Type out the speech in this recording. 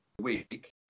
week